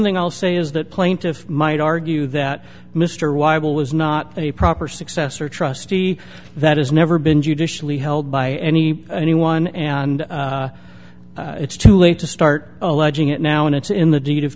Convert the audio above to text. thing i'll say is that plaintiff might argue that mr wyvil was not a proper successor trustee that has never been judicially held by any anyone and it's too late to start alleging it now and it's in the deed of